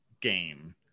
game